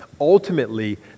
ultimately